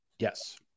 Yes